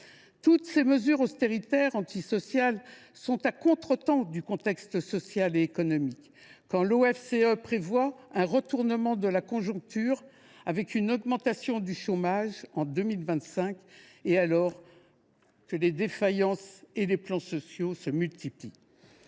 Toutes ces mesures austéritaires antisociales sont à contretemps du contexte social et économique : l’OFCE prévoit un retournement de la conjoncture et une augmentation du chômage en 2025, et les défaillances et les plans sociaux se multiplient.